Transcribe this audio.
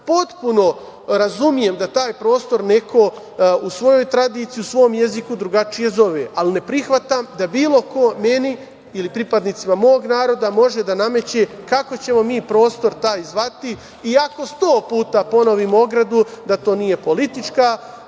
potpuno razumem da taj prostor neko u svojoj tradiciji, u svom jeziku, drugačije zove. Ali ne prihvatam da bilo ko meni ili pripadnicima mog naroda može da nameće kako ćemo mi prostor taj zvati, iako sto puta ponovimo ogradu da to nije politička